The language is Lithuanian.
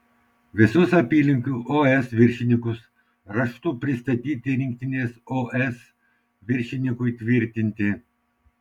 visus apylinkių os viršininkus raštu pristatyti rinktinės os viršininkui tvirtinti